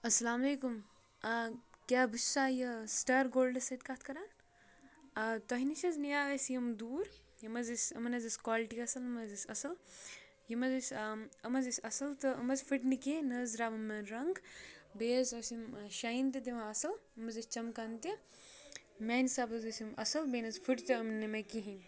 اَسَلامُ علیکُم آ کیٛاہ بہٕ چھُ سا یہِ سٕٹار گولڈَس سۭتۍ کَتھ کَران آ تۄہہِ نِش حظ نِیو اَسہِ یِم دوٗر یِم حظ ٲسۍ یِمَن حظ ٲسۍ کالٹی اَصٕل یِم حظ ٲسۍ اَصٕل یِم حظ ٲسۍ یِم حظ ٲسۍ اَصٕل تہٕ یِم حظ فٕٹۍ نہٕ کینٛہہ نہ حظ درٛاو یِمَن رنٛگ بیٚیہِ حظ ٲسۍ یِم شاین تہِ دِوان اَصٕل یِم حظ ٲسۍ چمکان تہِ میٛانہِ حِساب حظ ٲسۍ یِم اَصٕل بیٚیہِ نہ حظ فٕٹۍ تہِ یِم نہٕ مےٚ کِہیٖنۍ